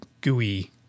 gooey